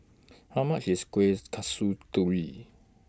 How much IS Kueh Kasturi